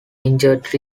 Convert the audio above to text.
injured